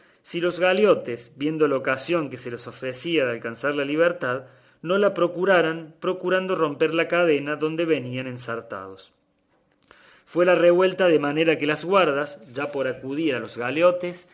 si los galeotes viendo la ocasión que se les ofrecía de alcanzar libertad no la procuraran procurando romper la cadena donde venían ensartados fue la revuelta de manera que las guardas ya por acudir a los galeotes